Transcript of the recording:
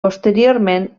posteriorment